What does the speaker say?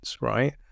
right